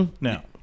Now